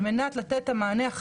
על מנת לתת את המענה.